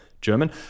German